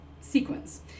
sequence